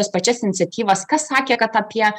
tas pačias iniciatyvas kas sakė kad apie